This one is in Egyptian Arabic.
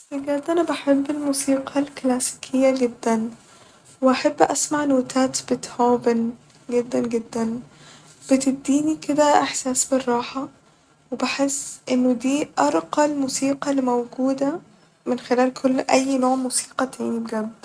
بجد أنا بحب الموسيقى الكلاسيكية جدا ، وأحب اسمع نوتات بيتهوفن جدا جدا بتديني كده احساس بالراحة وبحس انه دي أرقى الموسيقى الل موجودة من خلال كل اي نوع موسيقى تاني بجد